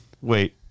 Wait